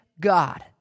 God